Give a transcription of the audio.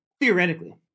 theoretically